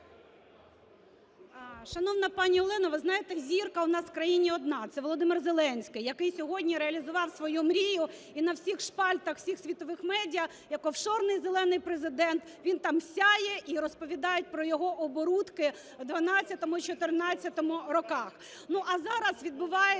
Шановна пані Олена, ви знаєте, зірка у нас в країні одна – це Володимир Зеленський, який сьогодні реалізував свою мрію і на всіх шпальтах всіх світових медіа як "офшорний зелений Президент", він там сяє і розповідають про його оборудки у 2012 і 2014 роках. А зараз відбувається